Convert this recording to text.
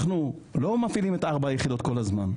אנחנו לא מפעילים את ארבעת היחידות כל הזמן,